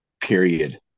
period